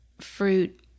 fruit